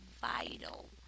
vital